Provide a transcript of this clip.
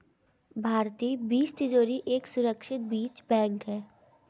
भारतीय बीज तिजोरी एक सुरक्षित बीज बैंक है